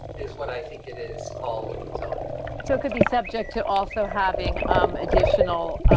is what i think it is called in the zoning so it could be subject to also having um additional